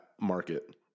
market